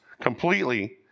completely